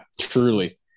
truly